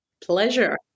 Pleasure